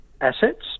assets